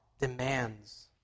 demands